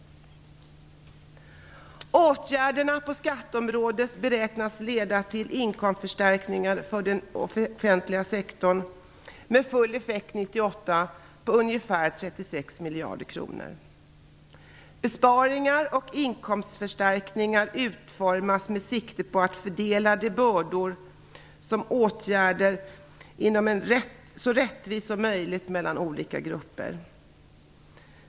Åtgärderna på skatteområdet beräknas leda till inkomstförstärkningar för den offentliga sektorn med full effekt år 1998 på ungefär 36 miljarder kronor. Besparingar och inkomstförstärkningar utformas med sikte på att fördela bördorna så rättvist som möjligt mellan olika grupper.